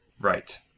Right